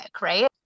right